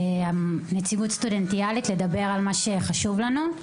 נציגות סטודנטיאלית, לדבר על מה שחשוב לנו.